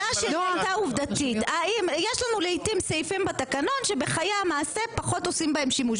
יש לנו לעתים סעיפים בתקנון שבחיי המעשה פחות עושים בהם שימוש,